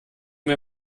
mir